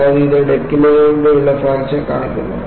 കൂടാതെ ഇത് ഡെക്കിലൂടെയുള്ള ഫ്രാക്ചർ കാണിക്കുന്നു